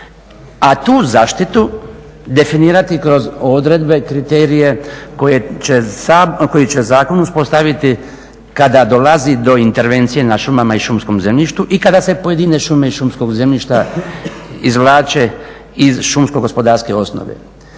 a tu zaštitu definirati kroz odredbe, kriterije koje će zakon uspostaviti kada dolazi do intervencije na šumama i šumskom zemljištu i kada se pojedine šume iz šumskog zemljišta izvlače iz šumsko-gospodarske osnove.